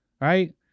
Right